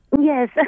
Yes